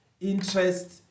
interest